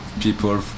people